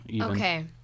Okay